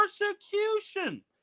persecution